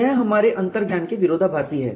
यह हमारे अंतर्ज्ञान के विरोधाभासी है